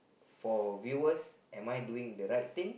for viewers am I doing the right thing